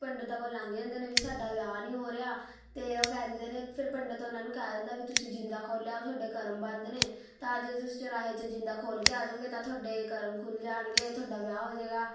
ਪੰਡਤਾਂ ਕੋਲ ਲੰਘ ਜਾਂਦੇ ਨੇ ਵੀ ਸਾਡਾ ਵਿਆਹ ਨਹੀਂ ਹੋ ਰਿਹਾ ਅਤੇ ਉਹ ਕਹਿੰਦੇ ਨੇ ਫੇਰ ਪੰਡਤ ਉਹਨਾਂ ਨੂੰ ਕਹਿ ਦਿੰਦਾ ਵੀ ਤੁਸੀਂ ਜਿੰਦਾ ਖੋਲ੍ਹ ਆਉ ਤੁਹਾਡੇ ਕਰਮ ਬੰਦ ਨੇ ਤਾਂ ਜੇ ਤੁਸੀਂ ਚੁਰਾਹੇ 'ਚ ਜਿੰਦਾ ਖੋਲ੍ਹ ਕੇ ਆ ਜਾਉਂਗੇ ਤਾਂ ਤੁਹਾਡੇ ਕਰਮ ਖੁੱਲ੍ਹ ਜਾਣਗੇ ਤੁਹਾਡਾ ਵਿਆਹ ਹੋ ਜਾਵੇਗਾ